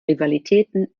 rivalitäten